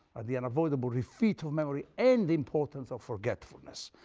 the unavoidable defeat of memory and importance of forgetfulness.